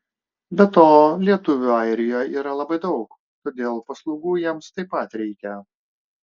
be to lietuvių airijoje yra labai daug todėl paslaugų jiems taip pat reikia